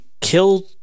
killed